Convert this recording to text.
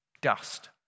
Dust